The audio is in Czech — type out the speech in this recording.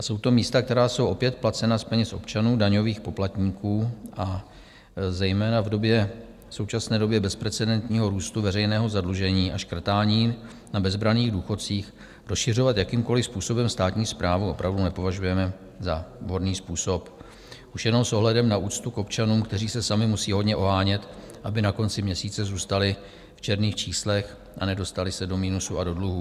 Jsou to místa, která jsou opět placena z peněz občanů, daňových poplatníků, a zejména v současné době bezprecedentního růstu veřejného zadlužení a škrtání na bezbranných důchodcích rozšiřovat jakýmkoliv způsobem státní správu opravdu nepovažujeme za vhodný způsob už jenom s ohledem na úctu k občanům, kteří se sami musí hodně ohánět, aby na konci měsíce zůstali v černých číslech a nedostali se do minusu a do dluhů.